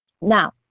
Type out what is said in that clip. Now